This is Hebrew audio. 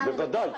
בוודאי.